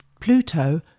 Pluto